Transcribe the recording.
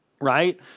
right